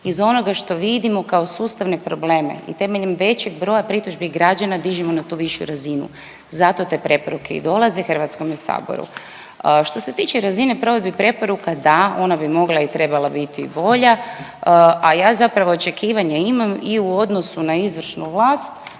iz onoga što vidimo kao sustavne probleme i temeljem većeg broja pritužbi građana dižemo na tu višu razinu, zato te preporuke i dolaze HS-u. Što se tiče razine provedbi preporuka, da ona bi mogla i trebala biti bolja, a ja zapravo očekivanje imam i u odnosu na izvršnu vlast